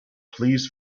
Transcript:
please